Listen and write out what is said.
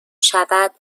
شود